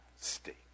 state